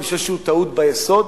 ואני חושב שהוא טעות ביסוד,